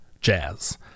jazz